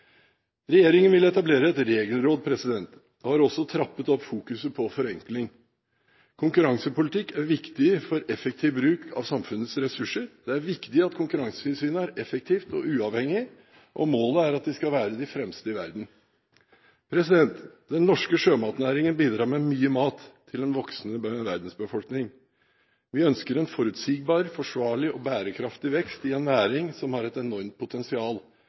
Regjeringen vil etablere et regelråd og har også trappet opp fokuset på forenkling. Konkurransepolitikk er viktig for effektiv bruk av samfunnets ressurser. Det er viktig at Konkurransetilsynet er effektivt og uavhengig, og målet er at de skal være av de fremste i verden. Den norske sjømatnæringen bidrar med mye mat til en voksende verdensbefolkning. Vi ønsker en forutsigbar, forsvarlig og bærekraftig vekst i en næring som har et enormt potensial,